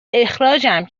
اخراجم